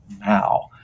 now